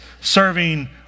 serving